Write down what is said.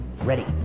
Ready